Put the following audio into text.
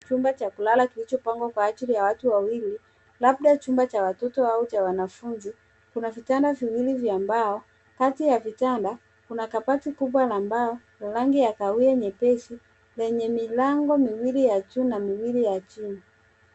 Chumba cha kulala kilichopangwa kwa ajili ya watu wawili, labda chumba cha watoto au cha wanafunzi. Kuna vitanda viwili vya mbao .Kati ya vitanda kuna kabati kubwa la mbao ya rangi ya kahawia nyepesi yenye milango miwili ya juu na miwili ya chini.